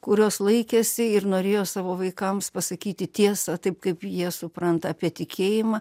kurios laikėsi ir norėjo savo vaikams pasakyti tiesą taip kaip jie supranta apie tikėjimą